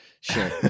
Sure